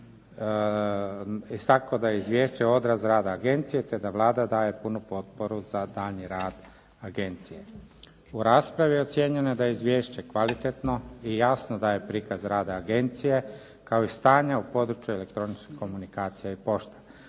istako da je izvješće odraz rada agencije, te da Vlada daje punu potporu za daljnji rad agencije. U raspravi je ocijenjeno da je izvješće kvalitetno i jasno da je prikaz rada agencije kao i stanja u području elektroničkih komunikacija i pošta.